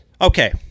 Okay